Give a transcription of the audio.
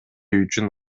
үчүн